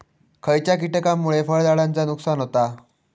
खयच्या किटकांमुळे फळझाडांचा नुकसान होता?